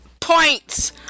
points